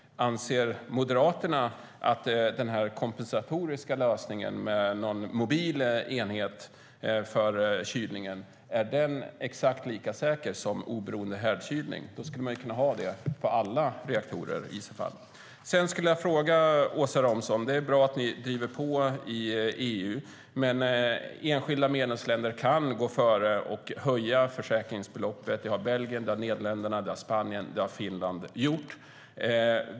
Anser Moderaterna att den kompensatoriska lösningen med en mobil enhet för kylningen är exakt lika säker som oberoende härdkylning? Då borde man i så fall kunna ha det på alla reaktorer. Det är bra att ni driver på i EU, Åsa Romson. Men enskilda medlemsländer kan gå före och höja försäkringsbeloppet. Det har Belgien, Nederländerna, Spanien och Finland gjort.